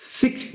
Six